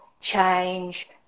change